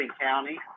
County